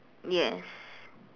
yes